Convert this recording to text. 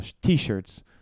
t-shirts